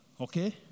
okay